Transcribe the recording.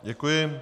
Děkuji.